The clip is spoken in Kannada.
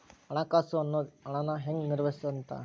ಹಣಕಾಸು ಅನ್ನೋದ್ ಹಣನ ಹೆಂಗ ನಿರ್ವಹಿಸ್ತಿ ಅಂತ